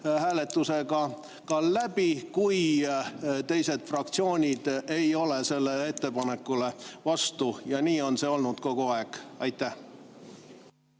hääletusega ka läbi, kui teised fraktsioonid ei ole selle ettepaneku vastu. Nii on see olnud kogu aeg. Jah,